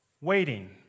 waiting